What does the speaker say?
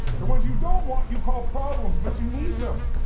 the ones you don't want you call problems but you need them.